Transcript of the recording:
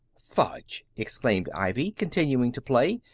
fudge! exclaimed ivy, continuing to play,